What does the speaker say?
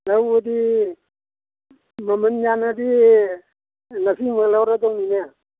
ꯂꯧꯕꯗꯤ ꯃꯃꯜ ꯌꯥꯅꯔꯗꯤ ꯉꯁꯤꯃꯛ ꯂꯧꯔꯗꯧꯅꯤꯅꯦ